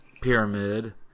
Pyramid